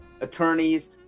attorneys